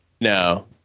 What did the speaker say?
No